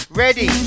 ready